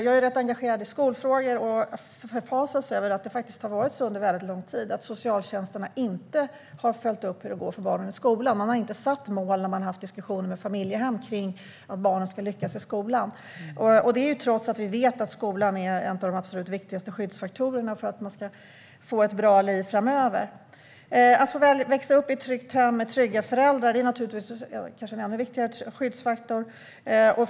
Jag är rätt engagerad i skolfrågor, och jag förfasas över att socialtjänsterna under lång tid inte har följt upp hur det går för barnen i skolan. Man har inte satt mål i diskussionerna med familjehemmen för att barnen ska lyckas i skolan - detta trots att vi vet att skolan är en av de absolut viktigaste skyddsfaktorerna för att man ska få ett bra liv framöver. Att få växa upp i ett tryggt hem med trygga föräldrar är naturligtvis en ännu viktigare skyddsfaktor.